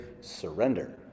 surrender